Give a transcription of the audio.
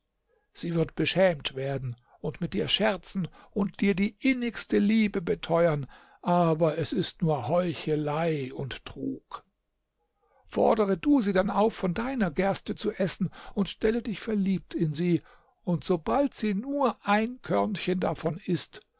sie wird beschämt werden und mit dir scherzen und dir die innigste liebe beteuern aber es ist nur heuchelei und trug fordere du sie dann auf von deiner gerste zu essen und stelle dich verliebt in sie und sobald sie nur ein körnchen davon ist